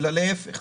צריך